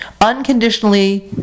Unconditionally